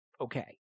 okay